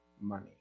money